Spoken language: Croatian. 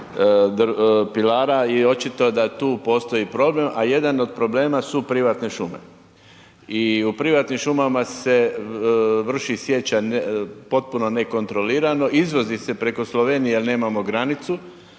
i očito da tu postoji problem a jedan od problema su privatne šume i u privatnim šumama se vrši sječa potpuno nekontrolirano, izvozi se preko Slovenije jer nemamo granicu